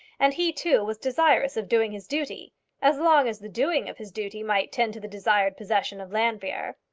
and he, too, was desirous of doing his duty as long as the doing of his duty might tend to the desired possession of llanfeare.